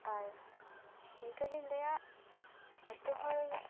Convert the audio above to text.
ᱟᱨ ᱤᱱᱠᱟᱹ ᱜᱮᱧ ᱞᱟᱹᱭᱟ ᱟᱛᱳ ᱦᱚᱲ